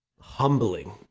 humbling